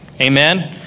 Amen